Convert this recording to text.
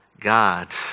God